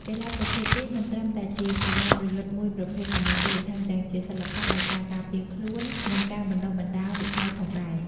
កីឡាប្រភេទនេះមិនត្រឹមតែជាកីឡាប្រយុទ្ធមួយប្រភេទប៉ុណ្ណោះទេ ថែមទាំងជាសិល្បៈនៃការការពារខ្លួន និងការបណ្ដុះបណ្ដាលវិន័យផងដែរ ។